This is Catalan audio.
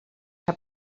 que